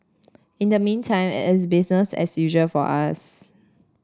in the meantime it's busier as usual for us